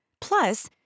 Plus